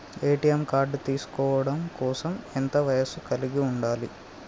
ATM card తీసుకోవడం కోసం ఎంత వయస్సు కలిగి ఉండాలి?